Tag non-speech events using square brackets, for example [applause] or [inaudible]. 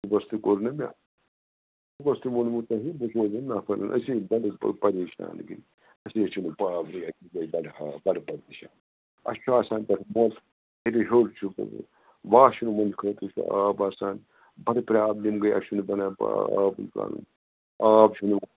صُبحَس تہِ کوٚر نا مےٚ صُبحَس تہِ ونمَو تۄہہِ بہٕ سوزَن نفر اَسہِ ہے [unintelligible] پریشان گٕے اَسہِ ۂے چھِنہٕ پاورٕے أسۍ ۂے گٔے بَڑٕ ہاو بَڑٕ پریشان اَسہِ چھُ آسان [unintelligible] واش روٗمَن خٲطرٕ چھِ آب آسان بَڑٕ پرابلِم گٔے اَسہِ چھِنہٕ بنان آبٕے آب چھُنہٕ